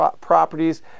properties